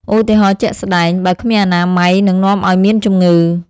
ឧទាហរណ៍ជាក់ស្ដែង៖បើគ្មានអនាម័យ នឹងនាំឱ្យមានជំងឺ។